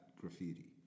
graffiti